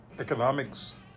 economics